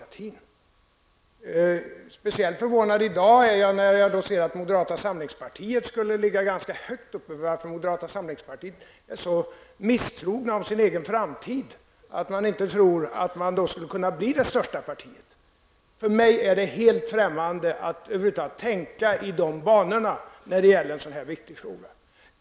Jag blev speciellt förvånad i dag över att man i moderata samlingspartiet, som ligger ganska långt framme, är så missmodig inför sin egen framtid att man inte tror sig kunna bli det största partiet. För mig är det helt främmande att över huvud taget tänka i dessa banor när det gäller en så viktig fråga.